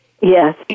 Yes